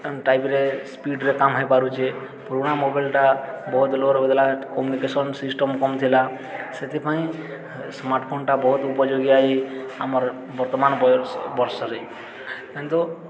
ଟାଇମ୍ରେ ସ୍ପିଡ଼୍ରେ କାମ ହେଇପାରୁଛେ ପୁରୁଣା ମୋବାଇଲଟା ବହୁତ ଲୋ'ର ଦେଲା କମ୍ୟୁନିକେସନ୍ ସିଷ୍ଟମ୍ କମ୍ ଥିଲା ସେଥିପାଇଁ ସ୍ମାର୍ଟ ଫୋନଟା ବହୁତ ଉପଯୋଗୀ ହେଇ ଆମର୍ ବର୍ତ୍ତମାନ ବର୍ଷରେ କିନ୍ତୁ